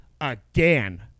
again